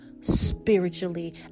spiritually